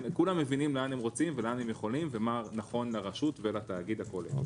כולם מבינים לאן הם רוצים ומה הם יכולים ומה נכון לרשות ולתאגיד הכולל.